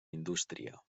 indústria